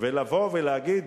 ולבוא להגיד